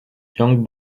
young